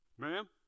Ma'am